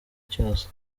cyose